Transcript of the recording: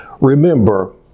Remember